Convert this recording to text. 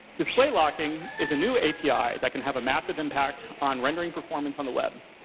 display locking is a new api that can have a massive impact on rendering performance on the web.